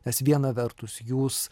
nes viena vertus jūs